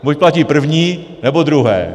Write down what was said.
Buď platí první, nebo druhé.